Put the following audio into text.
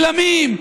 גלמים,